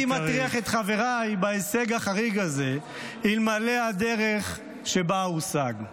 לא הייתי מטריח את חבריי בהישג החריג הזה אלמלא הדרך שבה הוא הושג,